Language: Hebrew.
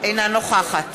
אינה נוכחת